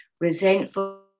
resentful